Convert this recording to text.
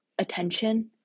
attention